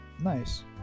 nice